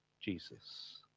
Jesus